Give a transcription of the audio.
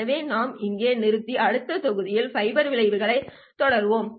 எனவே நாம் இங்கே நிறுத்தி அடுத்த தொகுதியில் ஃபைபர் விளைவுகளைத் தொடருவோம்